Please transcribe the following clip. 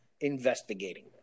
investigating